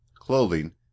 clothing